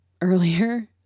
earlier